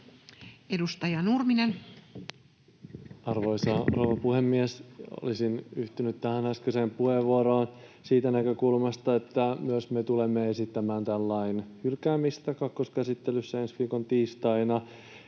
15:27 Content: Arvoisa rouva puhemies! Olisin yhtynyt tähän äskeiseen puheenvuoroon siitä näkökulmasta, että myös me tulemme esittämään tämän lain hylkäämistä kakkoskäsittelyssä ensi viikon tiistaina.